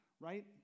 right